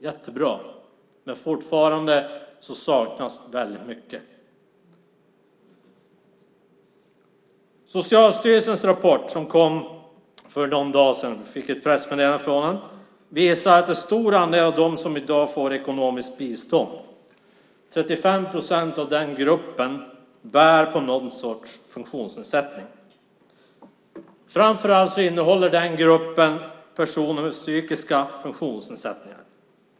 Jättebra, men fortfarande saknas väldigt mycket. Socialstyrelsens rapport kom för någon dag sedan. Det kom ett pressmeddelande från dem. Rapporten visar att en stor andel av dem som i dag får ekonomiskt bistånd - 35 procent av den gruppen - bär på någon sorts funktionsnedsättning. Framför allt innehåller den gruppen personer med psykiska funktionsnedsättningar.